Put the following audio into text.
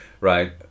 right